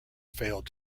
failed